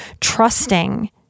trusting